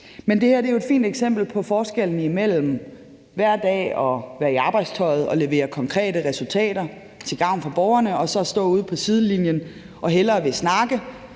Men det her er jo et fint eksempel på forskellen mellem at være i arbejdstøjet hver dag og levere konkrete resultater til gavn for borgerne og så stå ude på sidelinjen og hellere ville snakke